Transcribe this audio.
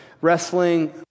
wrestling